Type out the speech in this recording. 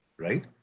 Right